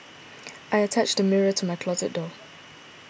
I attached a mirror to my closet door